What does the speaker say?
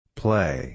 play